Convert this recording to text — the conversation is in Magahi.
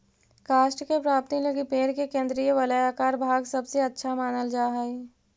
काष्ठ के प्राप्ति लगी पेड़ के केन्द्रीय वलयाकार भाग सबसे अच्छा मानल जा हई